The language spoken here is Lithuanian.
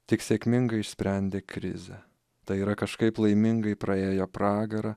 tik sėkmingai išsprendė krizę tai yra kažkaip laimingai praėjo pragarą